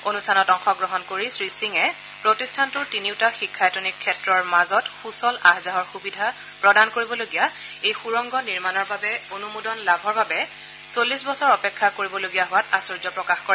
অনুষ্ঠানত অংশগ্ৰহণ কৰি শ্ৰীসিঙে প্ৰতিষ্ঠানটোৰ তিনিওটা শিক্ষায়তনিক ক্ষেত্ৰৰ মাজত সুচল আহ যাহৰ সুবিধা প্ৰদান কৰিবলগীয়া এই সুৰংগ নিৰ্মাণৰ বাবে অনুমোদন লাভ চল্লিশ বছৰ অপেক্ষা কৰিবলগীয়া হোৱাত আশ্চৰ্য প্ৰকাশ কৰে